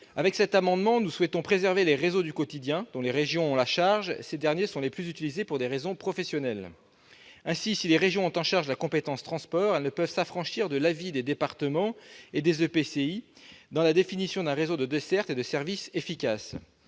Avec cet amendement, nous souhaitons préserver les réseaux du quotidien, dont les régions ont la charge. Ces derniers sont les plus utilisés pour des raisons professionnelles. Ainsi, si les régions ont la compétence transports, elles ne peuvent pas s'affranchir de l'avis des départements et des EPCI dans la définition d'un réseau de dessertes et de services efficaces.